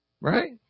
Right